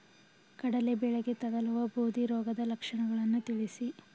ಕಡಲೆ ಬೆಳೆಗೆ ತಗಲುವ ಬೂದಿ ರೋಗದ ಲಕ್ಷಣಗಳನ್ನು ತಿಳಿಸಿ?